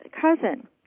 cousin